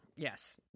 Yes